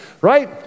Right